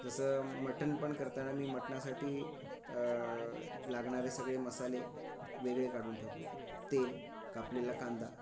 जसं मटण पण करताना मी मटणासाठी लागणारे सगळे मसाले वेगळे काढून ठेवतो तेल कापलेला कांदा